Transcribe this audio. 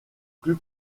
plus